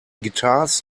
guitars